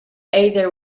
either